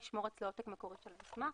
ישמור אצלו עותק מקורי של מסמך.